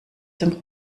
dem